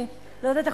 אני לא יודעת,